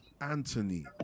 Anthony